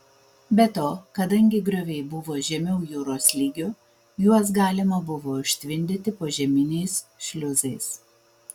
be to kadangi grioviai buvo žemiau jūros lygio juos galima buvo užtvindyti požeminiais šliuzais